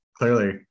Clearly